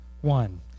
one